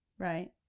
right?